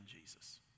Jesus